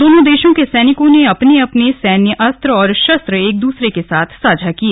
दोनों देशों के सैनिकों ने अपने अपने सैन्य अस्त्र और शस्त्र एक दूसरे के साथ साझा किए